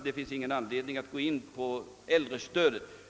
Det finns ingen anledning att nu gå in på frågan om äldrestödet.